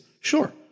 Sure